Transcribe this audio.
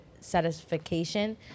satisfaction